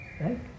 right